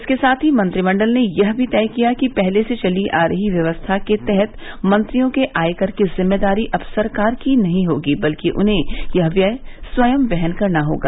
इसके साथ ही मंत्रिमंडल ने यह भी तय किया कि पहले से चली आ रही व्यवस्था के तहत मंत्रियों के आयकर की जिम्मेदारी अब सरकार की नहीं होगी बल्कि उन्हें यह व्यय स्वयं वहन करना पड़ेगा